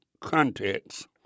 context